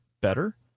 better